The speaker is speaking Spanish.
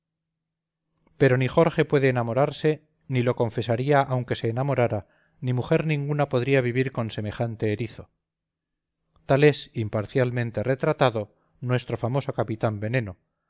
pero ni jorge puede enamorarse ni lo confesaría aunque se enamorara ni mujer ninguna podría vivir con semejante erizo tal es imparcialmente retratado nuestro famoso capitán veneno